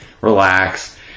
relax